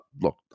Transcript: look